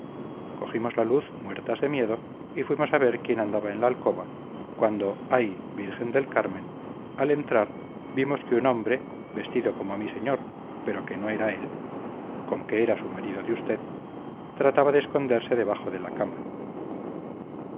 cogimos la luz muertas de miedo y fuimos a ver quién andaba en la alcoba cuando ay virgen del carmen al entrar vimos que un hombre vestido como mi señor pero que no era él como que era su marido de usted trataba de esconderse debajo de la cama